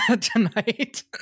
tonight